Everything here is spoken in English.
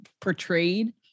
portrayed